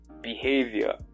behavior